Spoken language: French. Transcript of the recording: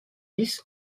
lisse